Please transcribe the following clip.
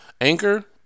Anchor